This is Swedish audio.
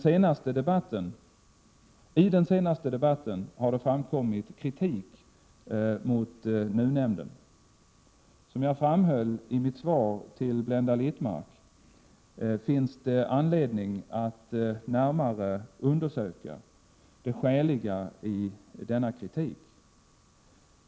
I den senaste debatten har det förekommit kritik mot NUU-nämnden. Som jag framhöll i mitt svar till Blenda Littmarck finns det anledning att närmare undersöka det skäliga i denna kritik.